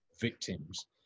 victims